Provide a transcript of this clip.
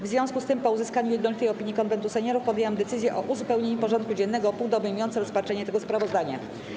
W związku z tym, po uzyskaniu jednolitej opinii Konwentu Seniorów, podjęłam decyzję o uzupełnieniu porządku dziennego o punkt obejmujący rozpatrzenie tego sprawozdania.